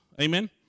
Amen